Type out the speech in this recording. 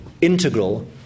integral